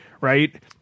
right